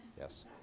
yes